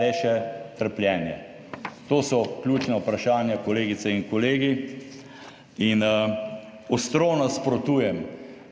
le še trpljenje. To so ključna vprašanja, kolegice in kolegi, in ostro nasprotujem,